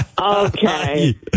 Okay